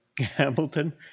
hamilton